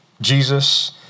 Jesus